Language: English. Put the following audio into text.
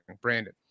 Brandon